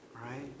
right